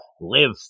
live